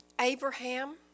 Abraham